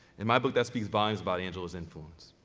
in my book, that speaks volumes about angela's influence.